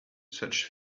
such